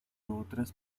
otras